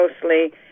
closely